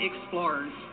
explorers